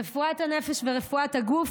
רפואת הנפש ורפואת הגוף,